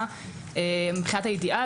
מבחינת האידיאל,